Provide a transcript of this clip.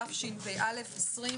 תשפ"א-2021.